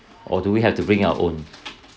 or do we have to bring our own